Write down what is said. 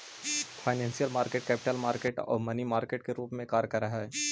financial market capital market आउ money market के रूप में कार्य करऽ हइ